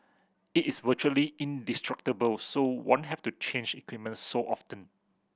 it is virtually indestructible so won't have to change equipment so often